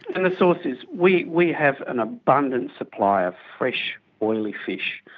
and the source is, we we have an abundant supply of fresh oily fish.